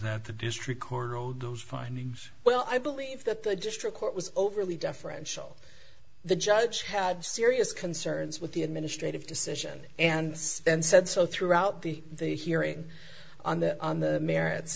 district court road those findings well i believe that the district court was overly deferential the judge had serious concerns with the administrative decision and suspend said so throughout the the hearing on the on the merits